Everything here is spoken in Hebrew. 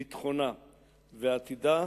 ביטחונה ועתידה,